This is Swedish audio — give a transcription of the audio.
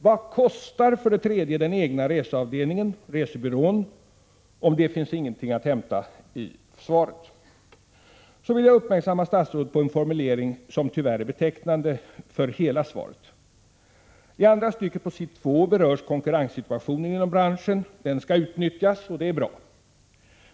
Vad kostar den egna resebyrån? Detta omtalas inte i interpellationssvaret. Låt mig vidare uppmärksamma statsrådet på en formulering som tyvärr är betecknande för hela svaret. I andra stycket på s. 2 berörs konkurrenssituationen inom branschen. Den skall utnyttjas, heter det, och det är bra.